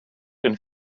and